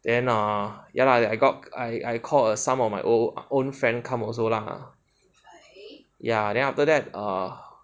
then err ya lah I got I I call err some of my own friends come also lah ya then after that err